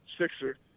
sixer